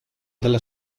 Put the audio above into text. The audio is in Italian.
dalla